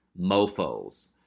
mofos